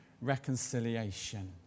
reconciliation